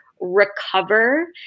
recover